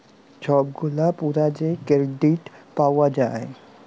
ছব গুলা পুরা যে কেরডিট পাউয়া যায়